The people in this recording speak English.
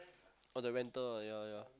oh the rental ah ya ya